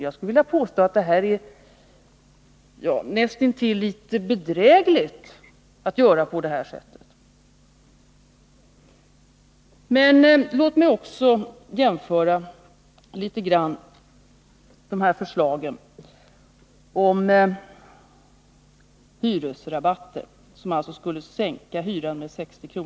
Jag skulle vilja påstå att det är näst intill bedrägligt att göra på det här sättet. Men låt mig också något jämföra förslagen om hyresrabatter, som alltså skulle sänka hyran med 60 kr.